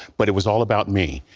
but it was all about me.